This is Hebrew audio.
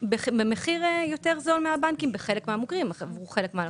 במחיר יותר זול מהבנקים בחלק מהמקרים עבור חלק מהלקוחות.